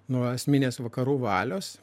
nuo esminės vakarų valios